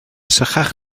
sychach